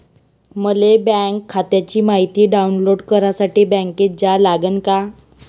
मले बँक खात्याची मायती डाऊनलोड करासाठी बँकेत जा लागन का?